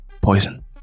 poison